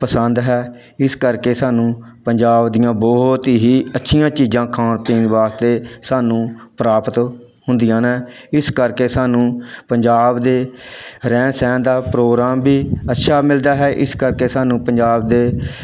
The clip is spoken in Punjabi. ਪਸੰਦ ਹੈ ਇਸ ਕਰਕੇ ਸਾਨੂੰ ਪੰਜਾਬ ਦੀਆਂ ਬਹੁਤ ਹੀ ਅੱਛੀਆਂ ਚੀਜ਼ਾਂ ਖਾਣ ਪੀਣ ਵਾਸਤੇ ਸਾਨੂੰ ਪ੍ਰਾਪਤ ਹੁੰਦੀਆਂ ਨੇ ਇਸ ਕਰਕੇ ਸਾਨੂੰ ਪੰਜਾਬ ਦੇ ਰਹਿਣ ਸਹਿਣ ਦਾ ਪ੍ਰੋਗਰਾਮ ਵੀ ਅੱਛਾ ਮਿਲਦਾ ਹੈ ਇਸ ਕਰਕੇ ਸਾਨੂੰ ਪੰਜਾਬ ਦੇ